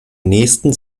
nächsten